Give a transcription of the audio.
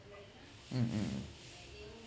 mm